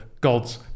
God's